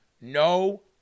No